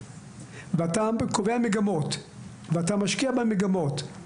ואתה קובע מגמות ומשקיע במגמות,